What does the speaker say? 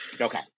okay